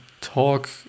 talk